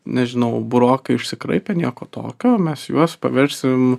nežinau burokai išsikraipė nieko tokio mes juos paversim